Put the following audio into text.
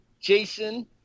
Jason